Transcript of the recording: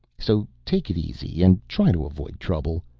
so take it easy and try to avoid trouble.